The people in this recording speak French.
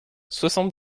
soixante